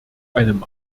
einem